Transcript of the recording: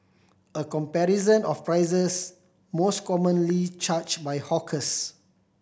a comparison of prices most commonly charged by hawkers